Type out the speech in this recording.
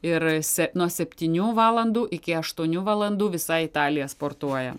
ir esi nuo septynių valandų iki aštuonių valandų visai taliją sportuoja